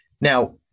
Now